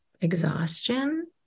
exhaustion